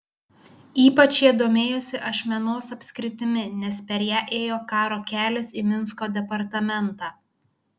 ypač jie domėjosi ašmenos apskritimi nes per ją ėjo karo kelias į minsko departamentą